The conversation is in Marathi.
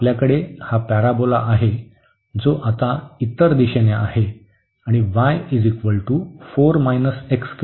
तर आपल्याकडे हा पॅरोबोला आहे जो आता इतर दिशेने आहे आणि y आहे